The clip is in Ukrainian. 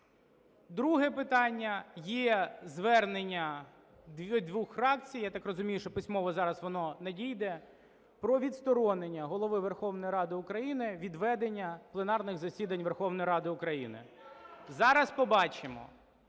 Друге питання. Є звернення двох фракцій, я так розумію, що письмово зараз воно надійде, про відсторонення Голови Верховної Ради України від ведення пленарних засідань Верховної Ради України. (Шум у залі)